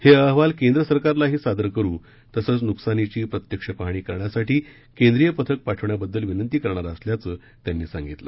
हे अहवाल केंद्र सरकारलाही सादर करू तसंच नुकसानीची प्रत्यक्ष पाहणी करण्यासाठी केंद्रीय पथक पाठवण्याबद्दल विनंती करणार असल्याचं त्यांनी सांगितलं